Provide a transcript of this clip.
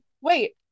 wait